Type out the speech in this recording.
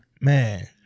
Man